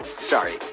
Sorry